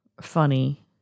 funny